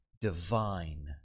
divine